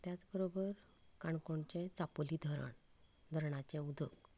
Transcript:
त्याच बरोबर काणकोणचें चापोली धरण धरणाचें उदक